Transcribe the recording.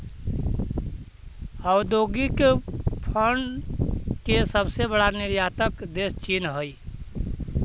औद्योगिक भांड के सबसे बड़ा निर्यातक देश चीन हई